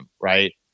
right